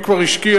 מי כבר השקיע.